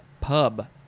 pub